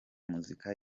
muzika